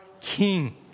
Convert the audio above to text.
King